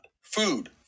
food